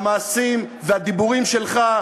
המעשים והדיבורים שלך,